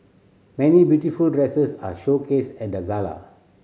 many beautiful dresses are showcased at the gala